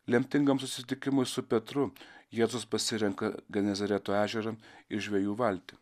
lemtingam susitikimui su petru jėzus pasirenka genezareto ežerą ir žvejų valtį